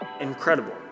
Incredible